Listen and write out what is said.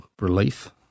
relief